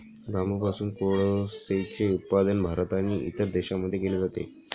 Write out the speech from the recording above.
बांबूपासून कोळसेचे उत्पादन भारत आणि इतर देशांमध्ये केले जाते